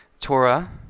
Torah